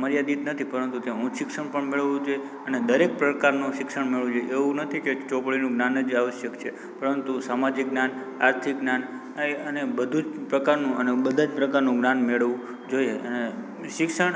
મર્યાદિત નથી પરંતુ તે ઉચ્ચ શિક્ષણ મેળવવું જોઈએ અને દરેક પ્રકારનું શિક્ષણ મેળવવું એવું નથી કે ચોપડીનું જ્ઞાન જ આવશ્યક છે પરંતુ સામાજિક જ્ઞાન આર્થિક જ્ઞાન અય અને બધું જ પ્રકારનું અને બધા જ પ્રકારનું જ્ઞાન મેળવવું જોઇએ અને શિક્ષણ